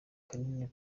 kanini